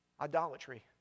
Idolatry